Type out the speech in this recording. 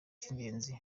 cy’ingenzi